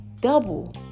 Double